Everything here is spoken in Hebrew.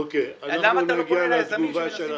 אוקיי, אנחנו נגיע לתגובה של המשרד.